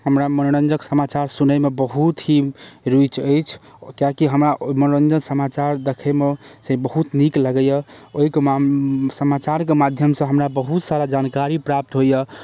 हमरा मनोरञ्जक समाचार सुनैमे बहुत ही रुचि अछि किएक कि हमरा मनोरञ्जक समाचार देखैमे से बहुत नीक लगै यऽ ओइ के समाचारके माध्यमसँ हमरा बहुत सारा जानकारी प्राप्त होइए